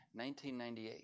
1998